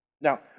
Now